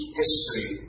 history